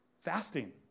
fasting